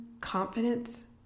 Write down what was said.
confidence